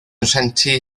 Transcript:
rhentu